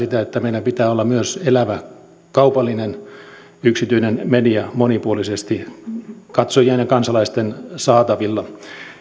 tarkoittaa sitä että meillä pitää olla myös elävä kaupallinen yksityinen media monipuolisesti katsojien ja kansalaisten saatavilla